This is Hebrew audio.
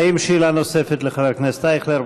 האם יש שאלה נוספת לחבר הכנסת אייכלר?